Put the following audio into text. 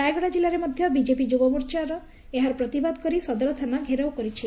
ରାୟଗଡା ଜିଲ୍ଲାରେ ମଧ ବିଜେପି ଯୁବମୋର୍ଚା ଏହାର ପ୍ରତିବାଦ କରି ସଦର ଥାନା ଘେରାଉ କରିଛି